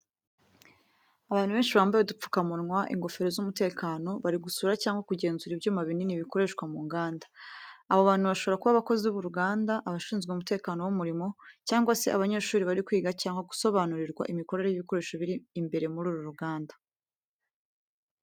Abantu benshi bambaye udupfukamunwa, ingofero z’umutekano bari gusura cyangwa kugenzura ibyuma binini bikoreshwa mu nganda. Abo bantu bashobora kuba abakozi b’uruganda, abashinzwe umutekano w’umurimo, cyangwa se abanyeshuri bari kwiga cyangwa gusobanurirwa imikorere y’ibikoresho biri imbere muri uru ruganda.